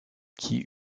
qui